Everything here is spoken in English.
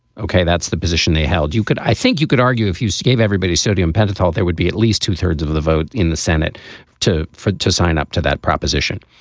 okay. that's the position they held. you could i think you could argue if you so gave everybody sodium pentothal, there would be at least two thirds of the vote in the senate to fight to sign up to that proposition.